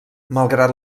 malgrat